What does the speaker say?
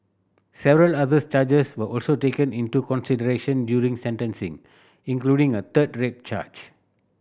several others charges were also taken into consideration during sentencing including a third rape charge